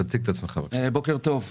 בוקר טוב.